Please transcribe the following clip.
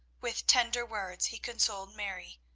with tender words he consoled mary,